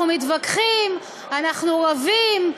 אנחנו מתווכחים, אנחנו רבים,